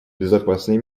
безопасный